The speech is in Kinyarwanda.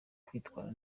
kwitwara